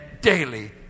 daily